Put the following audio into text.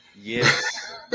yes